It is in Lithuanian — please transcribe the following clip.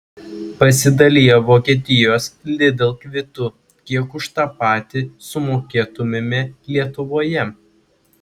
pasidalijo vokietijos lidl kvitu kiek už tą patį sumokėtumėme lietuvoje